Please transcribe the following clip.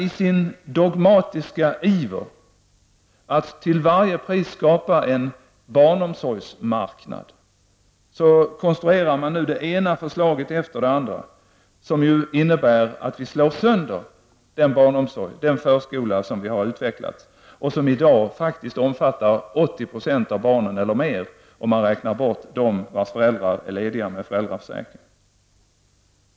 I sin dogmatiska iver att till varje pris skapa en barnomsorgsmarknad konstruerar de nu det ena förslaget efter det andra som innebär att vi slår sönder den barnomsorg och förskola som har utvecklats och som i dag faktiskt omfattar 80 % eller mer av barnen, om man räknar bort dem vilkas föräldrar är lediga med föräldraförsäkring.